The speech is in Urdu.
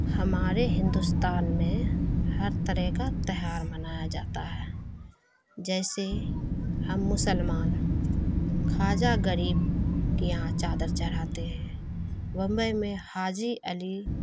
ہمارے ہندوستان میں ہر طرح کا تہوار منایا جاتا ہے جیسے ہم مسلمان خواجہ غریب کے یہاں چادر چڑھاتے ہیں ممبئی میں حاجی علی